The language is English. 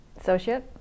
Associate